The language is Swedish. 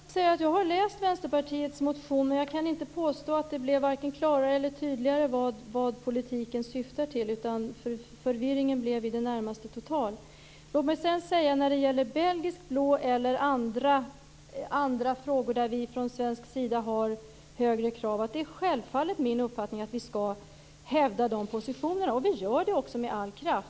Fru talman! Jag har läst Vänsterpartiets motion, men jag kan inte påstå att det blev vare sig klarare eller tydligare vad politiken syftar till. Förvirringen blev i det närmaste total. När det gäller rasen belgisk blå eller andra frågor där vi från Sverige har högre krav är det självfallet min uppfattning att vi skall hävda de positionerna, och det gör vi också med all kraft.